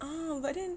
ah but then